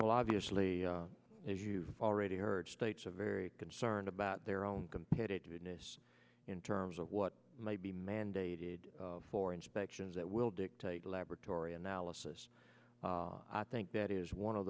well obviously as you've already heard states are very concerned about their own competitiveness in terms of what might be mandated for inspections that will dictate laboratory analysis i think that is one of